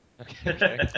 Okay